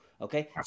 Okay